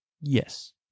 Yes